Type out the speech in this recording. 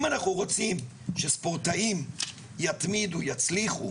אם אנחנו רוצים שספורטאים יתמידו, יצליחו,